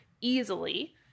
easily